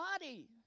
body